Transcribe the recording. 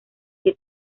que